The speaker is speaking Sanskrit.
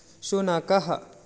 शुनकः